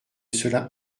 cela